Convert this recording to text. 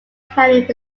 planning